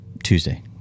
Tuesday